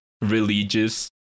religious